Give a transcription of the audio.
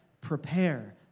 prepare